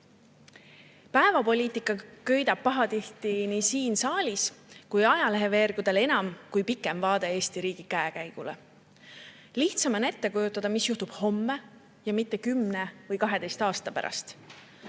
Päevapoliitika köidab pahatihti nii siin saalis kui ka ajaleheveergudel enam kui pikem vaade Eesti riigi käekäigule. Lihtsam on ette kujutada, mis juhtub homme, mitte 10 või 12 aasta pärast.